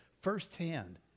firsthand